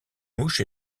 mouche